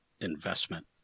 investment